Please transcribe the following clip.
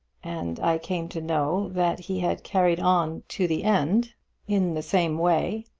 and came to know that he had carried on to the end in the same way.